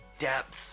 depths